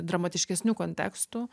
dramatiškesnių kontekstų